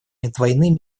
двойным